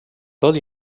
tot